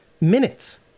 minutes